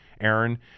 Aaron